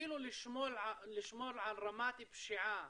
שאפילו לשמור על רמת פשיעה